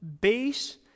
base